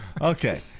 Okay